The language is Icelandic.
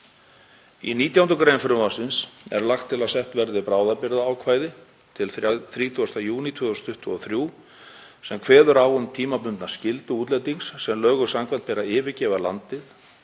Í 19. gr. frumvarpsins er lagt til að sett verði bráðabirgðaákvæði til 30. júní 2023 sem kveður á um tímabundna skyldu útlendings sem lögum samkvæmt ber að yfirgefa landið